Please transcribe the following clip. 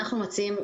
אנחנו מציעים,